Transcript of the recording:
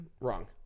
Wrong